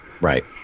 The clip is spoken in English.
right